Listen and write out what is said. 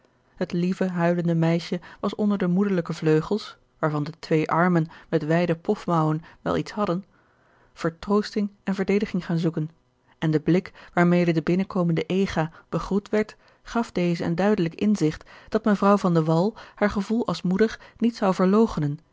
het lieve huilende meisje was onder de moederlijke vleugels waarvan de twee armen met wijde pofmouwen wel iets hadden vertroosting en verdediging gaan zoeken en de blik waarmede de binnenkomende ega begroet werd gaf dezen een duidelijk inzigt dat mevrouw van de wall haar gevoel als moeder niet zou